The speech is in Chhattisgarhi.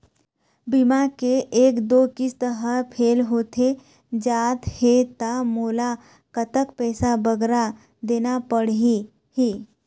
बीमा के एक दो किस्त हा फेल होथे जा थे ता मोला कतक पैसा बगरा देना पड़ही ही?